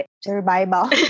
survival